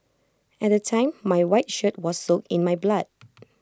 at the time my white shirt was soaked in my blood